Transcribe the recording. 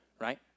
right